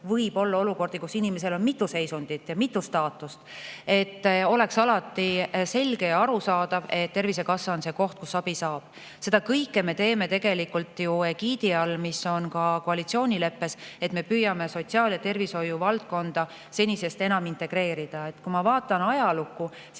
võib olla olukordi, kus inimesel on mitu seisundit ja mitu staatust –, oleks alati selge ja arusaadav, et Tervisekassa on see koht, kust abi saab. Seda kõike me teeme tegelikult ju egiidi all, mis on ka koalitsioonileppes: me püüame sotsiaal- ja tervishoiuvaldkonda senisest enam integreerida. Kui ma vaatan ajalukku, siis